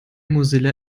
mozilla